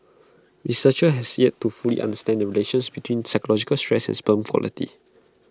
researchers has yet to fully understand the relationship between psychological stress and sperm quality